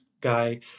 guy